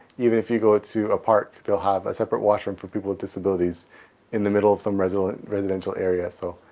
even if you go to a park, they'll have a separate washroom for people with disabilities in the middle of some residential residential area so